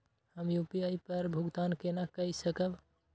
हम यू.पी.आई पर भुगतान केना कई सकब?